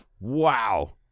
Wow